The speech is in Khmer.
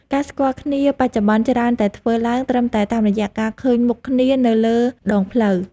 ការស្គាល់គ្នាបច្ចុប្បន្នច្រើនតែធ្វើឡើងត្រឹមតែតាមរយៈការឃើញមុខគ្នានៅលើដងផ្លូវ។